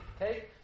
Okay